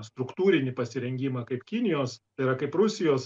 struktūrinį pasirengimą kaip kinijos tai yra kaip rusijos